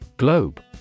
Globe